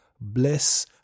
bless